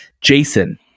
jason